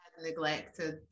Neglected